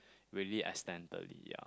really accidentally ya